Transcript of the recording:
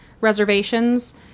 reservations